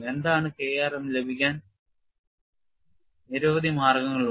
എന്താണ് K r എന്ന് ലഭിക്കാൻ നിരവധി മാർഗങ്ങളുണ്ട്